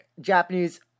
Japanese